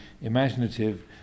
imaginative